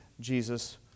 Jesus